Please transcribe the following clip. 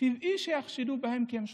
טבעי שיחשדו בהם כי הם שחורים,